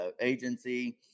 agency